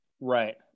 right